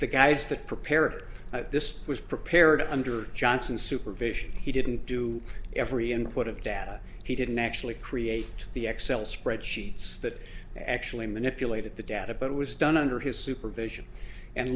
the guys that prepared this was prepared under johnson's supervision he didn't do every input of data he didn't actually create the excel spreadsheets that actually manipulated the data but it was done under his supervision and